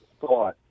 thought